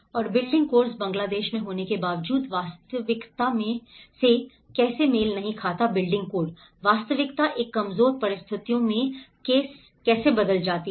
और building course Bangladesh में होने के बावजूद वास्तविकता से कैसे मेल नहीं खाता बिल्डिंग कोड वास्तविकता एक कमजोर परिस्थितियों में कैसे बदल जाती है